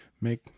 make